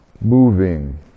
moving